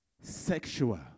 sexual